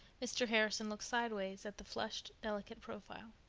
mr. harrison looked sidewise at the flushed, delicate profile.